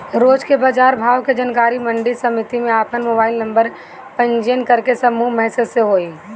रोज के बाजार भाव के जानकारी मंडी समिति में आपन मोबाइल नंबर पंजीयन करके समूह मैसेज से होई?